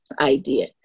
idea